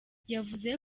yavuze